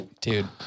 Dude